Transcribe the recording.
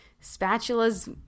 spatula's